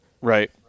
Right